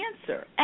answer